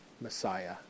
Messiah